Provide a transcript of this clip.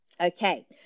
Okay